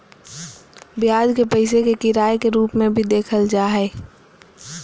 ब्याज के पैसे के किराए के रूप में भी देखल जा हइ